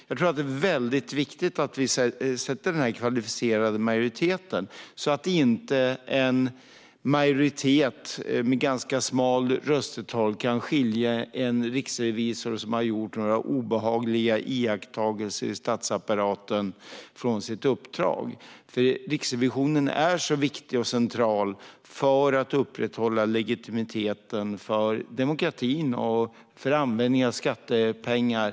Jag tror att det är viktigt att vi slår fast att det ska vara kvalificerad majoritet, så att inte en majoritet med ett ganska smalt röstetal kan skilja en riksrevisor som har gjort några obekväma iakttagelser i statsapparaten från uppdraget. Riksrevisionen är viktig och central för att upprätthålla legitimiteten för demokratin och användningen av skattepengar.